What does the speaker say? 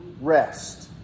rest